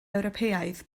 ewropeaidd